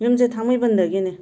ꯌꯨꯝꯁꯦ ꯊꯥꯡꯃꯩꯕꯟꯗꯒꯤꯅꯤ